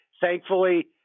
Thankfully